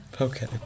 okay